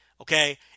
okay